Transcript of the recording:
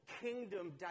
kingdom